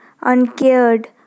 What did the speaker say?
uncared